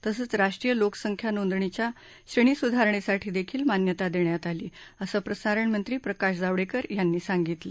तसंच राष्ट्रीय लोकसंख्या नोंदणीच्या श्रेणीसुधारणेसाठी देखील मान्यता देण्यात आलीए असं प्रसारण मंत्री प्रकाश जावडेकर यांनी सांगितलं